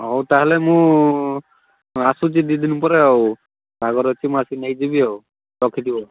ହଉ ତାହେଲେ ମୁଁ ଆସୁଛି ଦୁଇଦିନ ପରେ ଆଉ ବାହାଘର ଅଛି ମୁଁ ଆସିକି ନେଇଯିବି ଆଉ ରଖିଥିବ